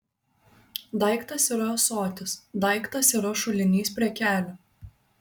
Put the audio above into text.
daiktas yra ąsotis daiktas yra šulinys prie kelio